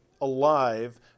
alive